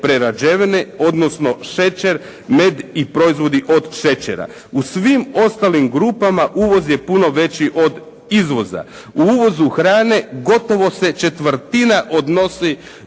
prerađevine, odnosno šećer, med i proizvodi od šećera. U svim ostalim grupama uvoz je puno veći od izvoza. U uvozu hrane gotovo se četvrtina odnosi